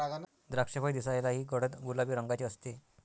द्राक्षफळ दिसायलाही गडद गुलाबी रंगाचे असते